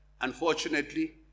Unfortunately